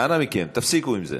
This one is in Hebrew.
אנא מכם, תפסיקו עם זה.